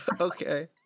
Okay